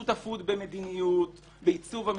שותפות בעיצוב המדיניות,